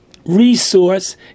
resource